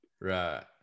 Right